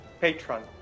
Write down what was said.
Patron